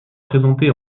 présentée